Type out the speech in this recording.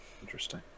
interesting